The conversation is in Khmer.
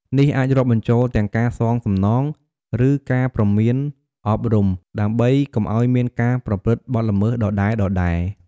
នេះអាចរាប់បញ្ចូលទាំងការសងសំណង ឬការព្រមានអប់រំ ដើម្បីកុំឱ្យមានការប្រព្រឹត្តបទល្មើសដដែលៗ។